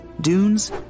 dunes